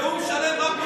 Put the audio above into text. נאום שלם רק מפלג.